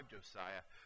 Josiah